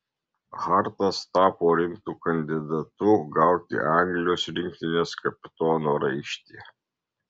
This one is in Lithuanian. hartas tapo rimtu kandidatu gauti anglijos rinktinės kapitono raištį